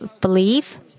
believe